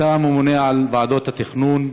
אתה ממונה על ועדות התכנון,